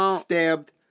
stabbed